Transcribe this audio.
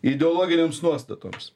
ideologinėms nuostatoms